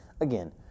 Again